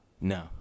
No